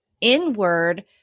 inward